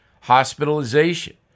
hospitalization